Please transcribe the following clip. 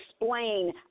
explain